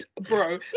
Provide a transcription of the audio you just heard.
bro